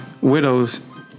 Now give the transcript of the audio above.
Widows